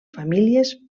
famílies